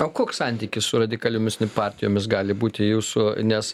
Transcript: o koks santykis su radikaliomis partijomis gali būti jūsų nes